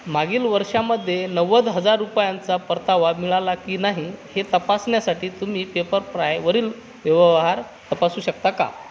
मागील वर्षामदध्ये नव्वद हजार रुपयांचा परतावा मिळाला की नाही हे तपासण्यासाठी तुम्ही पेपरफ्रायवरील व्यवहार तपासू शकता का